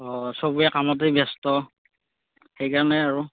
অ সবেই কামতে ব্যস্ত সেইকাৰণে আৰু